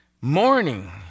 morning